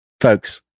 Folks